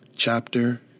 Chapter